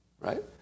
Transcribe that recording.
right